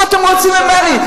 בוקר טוב, מה אתם רוצים ממני?